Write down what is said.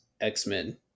X-Men